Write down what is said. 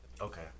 Okay